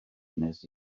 nes